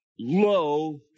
low